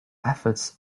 efforts